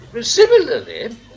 Similarly